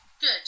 Good